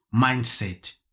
mindset